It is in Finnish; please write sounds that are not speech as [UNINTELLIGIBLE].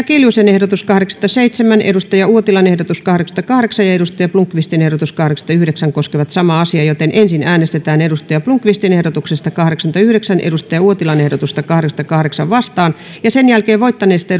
[UNINTELLIGIBLE] kiljusen ehdotus kahdeksankymmentäseitsemän kari uotilan ehdotus kahdeksankymmentäkahdeksan ja thomas blomqvistin ehdotus kahdeksankymmentäyhdeksän koskevat samaa määrärahaa ensin äänestetään ehdotuksesta kahdeksankymmentäyhdeksän ehdotusta kahdeksaankymmeneenkahdeksaan vastaan sitten voittaneesta [UNINTELLIGIBLE]